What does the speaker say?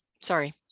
Sorry